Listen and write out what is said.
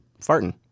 farting